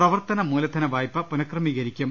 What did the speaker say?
പ്രവർത്തന മൂലധന വായ്പ പുനക്രമീകരിക്കും